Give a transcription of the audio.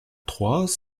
trois